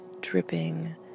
dripping